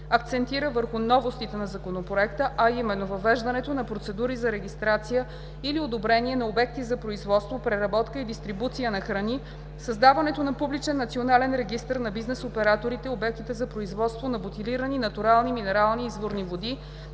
Акцентира върху новостите на Законопроекта, а именно въвеждането на процедури за регистрация или одобрение на обекти за производство, преработка и дистрибуция на храни; създаването на публичен национален регистър на бизнес операторите и обектите за производство на бутилирани натурални минерални и изворни води